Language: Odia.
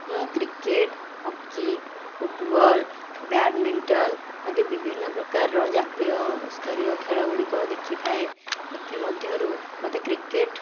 ମୁଁ କ୍ରିକେଟ ହକି ଫୁଟବଲ ବ୍ୟାଡ଼ମିଣ୍ଟନ ଆଦି ବିଭିନ୍ନ ପ୍ରକାରର ଜାତୀୟସ୍ତରୀୟ ଖେଳ ଗୁଡ଼ିକ ଦେଖିଥାଏ ଏଥିମଧ୍ୟରୁ ମୋତେ କ୍ରିକେଟ